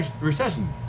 recession